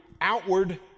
outward